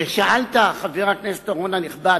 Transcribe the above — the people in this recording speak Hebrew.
ושאלת, חבר הכנסת אורון הנכבד,